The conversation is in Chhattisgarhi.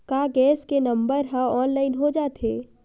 का गैस के नंबर ह ऑनलाइन हो जाथे?